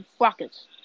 Rockets